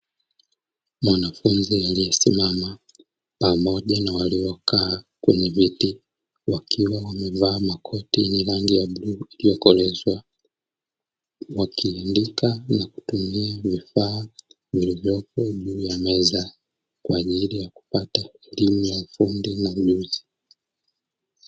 Mwanafunzi aliyesimama pamoja na waliokaa kwenye viti wakiwa wamevaa makoti yenye rangi ya bluu iliyokolezwa, wakiandika na kutumia vifaa vilivyopo juu ya meza kwa ajili ya kupata elimu ya ufundi na ujuzi.